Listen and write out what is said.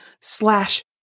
slash